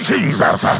Jesus